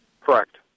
Correct